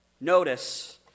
Notice